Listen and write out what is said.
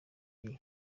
gihe